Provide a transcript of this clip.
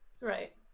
Right